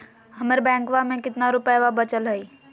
हमर बैंकवा में कितना रूपयवा बचल हई?